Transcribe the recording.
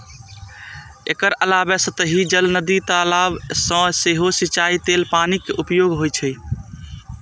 एकर अलावे सतही जल, नदी, तालाब सं सेहो सिंचाइ लेल पानिक उपयोग होइ छै